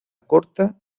corta